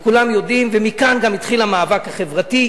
כולם יודעים, ומכאן גם התחיל המאבק החברתי.